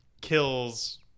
kills